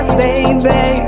baby